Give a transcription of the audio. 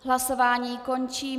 Hlasování končím.